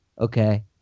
Okay